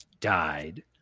died